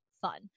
fun